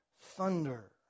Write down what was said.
thunder